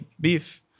beef